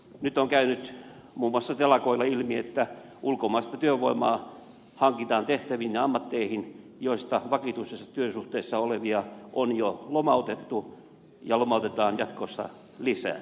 nyt on käynyt muun muassa telakoilla ilmi että ulkomaista työvoimaa hankitaan tehtäviin ja ammatteihin joista vakituisessa työsuhteessa olevia on jo lomautettu ja lomautetaan jatkossa lisää